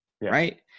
right